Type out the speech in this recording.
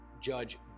Judge